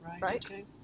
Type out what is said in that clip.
right